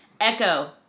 Echo